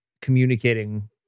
communicating